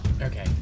Okay